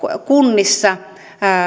kunnissa